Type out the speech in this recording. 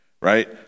right